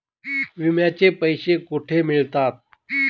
विम्याचे पैसे कुठे मिळतात?